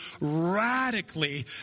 radically